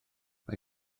mae